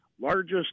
largest